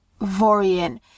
Vorian